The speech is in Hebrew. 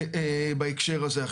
זה בהקשר הזה.